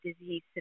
disease